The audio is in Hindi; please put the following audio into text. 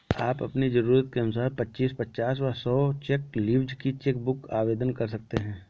आप अपनी जरूरत के अनुसार पच्चीस, पचास व सौ चेक लीव्ज की चेक बुक आवेदन कर सकते हैं